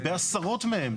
ובעשרות מהם,